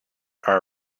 are